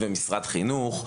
חברה אזרחית ומשרד החינוך,